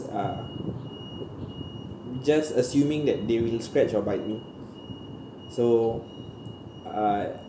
uh I'm just assuming that they will scratch or bite me so I